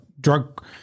drug